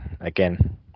again